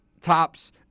tops